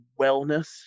wellness